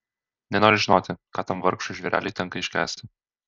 nenoriu žinoti ką tam vargšui žvėreliui tenka iškęsti